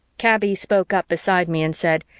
kaby spoke up beside me and said,